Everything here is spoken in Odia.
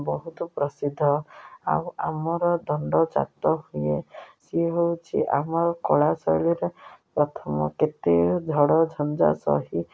ବହୁତ ପ୍ରସିଦ୍ଧ ଆଉ ଆମର ଦଣ୍ଡଜାତ ହୁଏ ସିଏ ହେଉଛି ଆମର କଳା ଶୈଳୀରେ ପ୍ରଥମ କେତେ ଝଡ଼ ଝଞ୍ଜା ସହି